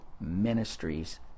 ministries